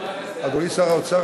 אדוני שר האוצר,